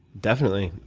definitely.